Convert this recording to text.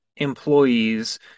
employees